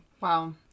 Wow